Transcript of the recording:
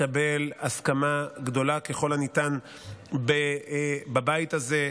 תקבל הסכמה גדולה ככל הניתן בבית הזה,